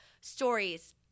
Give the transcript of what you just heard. stories